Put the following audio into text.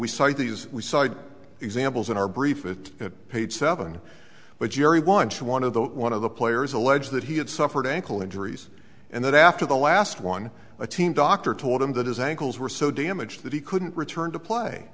these we cite examples in our brief it at page seven but jerry wunsch one of the one of the players alleged that he had suffered ankle injuries and that after the last one a team doctor told him that his ankles were so damaged that he couldn't return to play